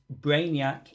Brainiac